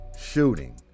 Shooting